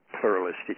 pluralistic